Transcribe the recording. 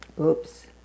oops